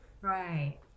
Right